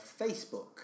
Facebook